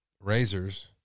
razors